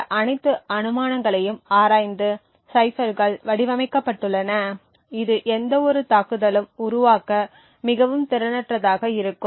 இந்த அனைத்து அனுமானங்களையும் ஆராய்ந்து சைபர்கள் வடிவமைக்கப்பட்டுள்ளன இது எந்தவொரு தாக்குதலும் உருவாக்க மிகவும் திறனற்றதாக இருக்கும்